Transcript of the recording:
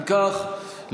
אם כך,